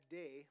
day